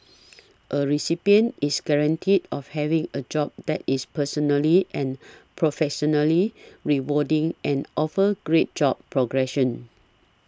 a recipient is guaranteed of having a job that is personally and professionally rewarding and offers great job progression